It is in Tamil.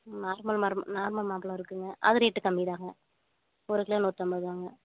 நார்மல் மரம் நார்மல் மாம்பழம் இருக்குதுங்க அது ரேட்டு கம்மி தாங்க ஒரு கிலோ நூற்றம்பது ரூவாங்க